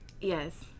Yes